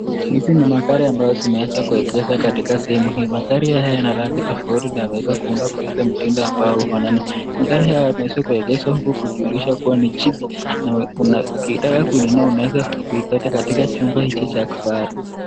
Hizi ni magari ambayo zimeweza kuegesha katika sehemu hii. Magari haya yana rangi tofauti na yanaweza kuunda kwa ile mtindo ambao hufanana. Magari haya yameweza kuegesha huku kujulisha kuwa ni jibi na ukitaka kununua unaweza kuipata katika chumba hiki cha kifahari.